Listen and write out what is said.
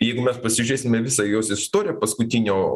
jeigu mes pasižiūrėsime į visą jos istoriją paskutinio